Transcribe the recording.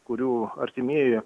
kurių artimieji